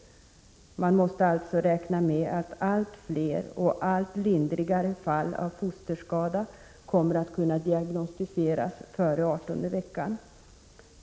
Man måste alltså räkna med att allt fler och allt lindrigare fall av fosterskada kommer att kunna diagnostiseras före 18:e veckan.